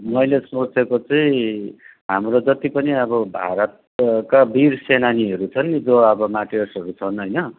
मैले सोचेको चाहिँ हाम्रो जति पनि अब भारतका वीर सेनानीहरू छन् नि जो अब मारटियर्सहरू छन् होइन